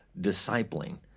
discipling